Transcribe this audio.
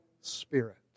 Spirit